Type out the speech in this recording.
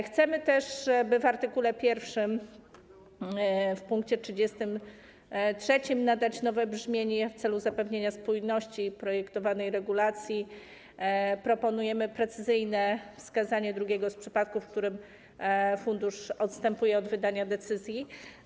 Chcemy też, by art. 1 pkt 33 nadać nowe brzmienie, w celu zapewnienia spójności projektowanej regulacji proponujemy precyzyjne wskazanie drugiego z przypadków, w którym fundusz odstępuje od wydania decyzji.